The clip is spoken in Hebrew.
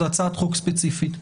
זו הצעת חוק ספציפית.